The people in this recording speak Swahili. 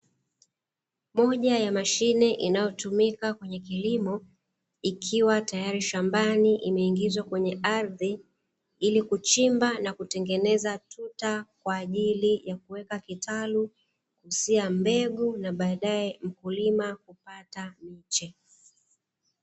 Moja ya mashine inayotumika kwenye kilimo ikiwa tayari shambani , imeingizwa kwenye ardhi ili kuchimba na kutengeneza tuta kwaajili ya kuweka mbegu na Baadae mkulima kupata miche.